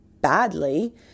badly